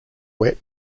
wet